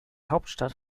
hauptstadt